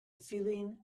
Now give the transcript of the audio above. feeling